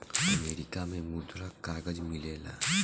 America में मुद्रक कागज मिलेला